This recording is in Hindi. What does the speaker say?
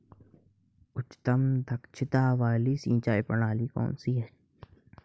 उच्चतम दक्षता वाली सिंचाई प्रणाली कौन सी है?